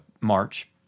March